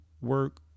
work